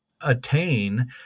attain